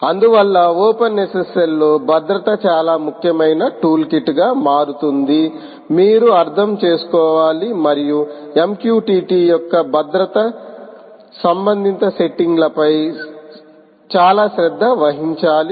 అందువల్ల ఓపెన్ఎస్ఎస్ఎల్లో భద్రత చాలా ముఖ్యమైన టూల్కిట్గా మారుతుంది మీరు అర్థం చేసుకోవాలి మరియు MQTT యొక్క భద్రతా సంబంధిత సెట్టింగ్లపై చాలా శ్రద్ధ వహించాలి